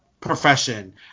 Profession